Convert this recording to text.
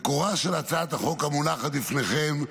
מקורה של הצעת החוק המונחת לפניכם הוא